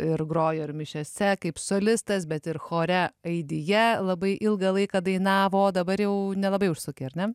ir grojo ir mišiose kaip solistas bet ir chore aidija labai ilgą laiką dainavo o dabar jau nelabai užsuki ar ne